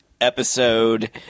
episode